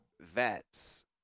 vets